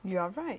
you are right